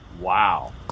Wow